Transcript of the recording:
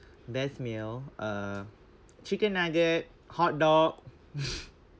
best meal uh chicken nugget hotdog